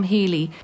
Healy